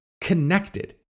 connected